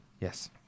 Yes